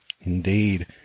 Indeed